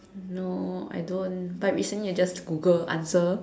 no I don't but recently I just Google answer